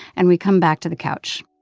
and we come back to the couch.